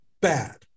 bad